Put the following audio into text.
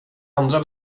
andra